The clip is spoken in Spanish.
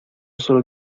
solo